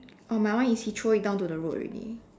oh my one is he throw it down to the road already